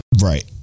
Right